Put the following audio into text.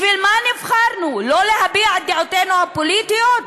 בשביל מה נבחרנו, לא להביע את דעותינו הפוליטיות?